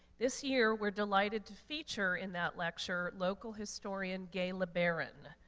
this year, we're delighted to feature in that lecture local historian gaye lebaron,